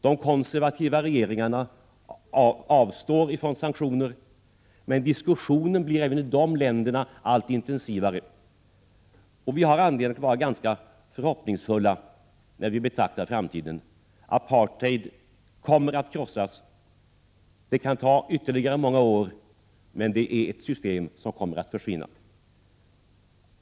De konservativa regeringarna avstår från sanktioner, men diskussionen även i dessa länder blir allt intensivare. Vi har anledning att vara ganska förhoppningsfulla när vi betraktar framtiden. Apartheid kommer att krossas. Det kan ta ytterligare några år, men det systemet kommer att försvinna.